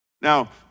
Now